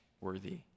worthy